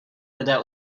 lidé